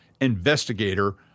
investigator